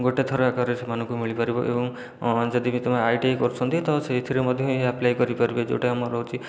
ଗୋଟିଏ ଥର ଆକାରରେ ସେମାନଙ୍କୁ ମିଳିପାରିବ ଏବଂ ଯଦିବି ତୁମେ ଆଇଟିଆଇ କରୁଛନ୍ତି ତ ସେହିଥିରେ ମଧ୍ୟ ଏହି ଆପ୍ଲାଏ କରିପାରିବେ ଯେଉଁଟାକି ଆମର ରହୁଛି